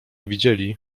widzieli